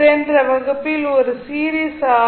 சென்ற வகுப்பில் ஒரு சீரிஸ் ஆர்